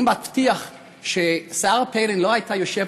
אני מבטיח ששרה פיילין לא הייתה יושבת